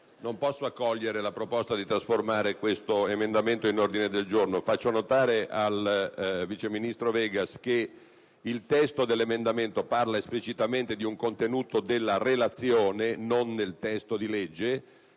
non posso accogliere l'invito a trasformare questo emendamento in ordine del giorno. Faccio notare al vice ministro Vegas che il testo dell'emendamento parla esplicitamente di un contenuto della relazione e non del testo di legge